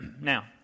Now